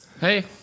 Hey